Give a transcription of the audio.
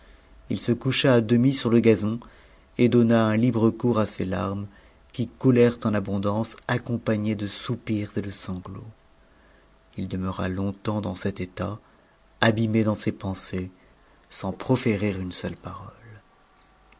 il se coucha à demi sur le gazon et donna un libre cours à ses larmes qu coulèrent en abondance accompagnées de soupirs et de sanglots it demeura longtemps dans cet état abîmé dans ses pensées sans proférer une seule parole